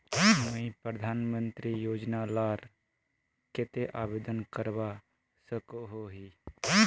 मुई प्रधानमंत्री योजना लार केते आवेदन करवा सकोहो ही?